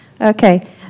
Okay